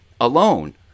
alone